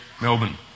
Melbourne